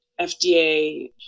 FDA